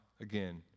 again